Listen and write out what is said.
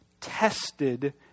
tested